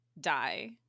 die